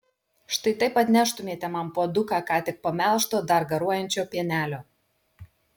štai taip atneštumėte man puoduką ką tik pamelžto dar garuojančio pienelio